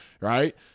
right